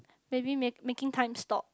maybe making time stop